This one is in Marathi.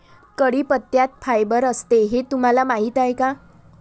कढीपत्त्यात फायबर असते हे तुम्हाला माहीत आहे का?